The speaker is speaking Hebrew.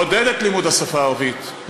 לעודד את לימוד השפה הערבית,